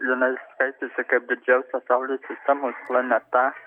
jinai skaitėsi kaip didžiausia saulės sistemos planeta